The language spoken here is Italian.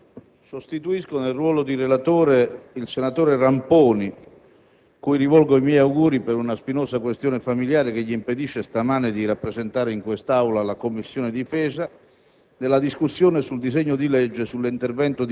Presidente, onorevoli senatori, sostituisco nel ruolo di relatore il senatore Ramponi, cui rivolgo i miei auguri per una spinosa questione familiare che gli impedisce stamane di rappresentare in quest'Aula la Commissione difesa